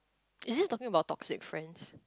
is this talking about toxic friends